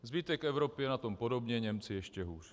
Zbytek Evropy je na tom podobně, Němci ještě hůř.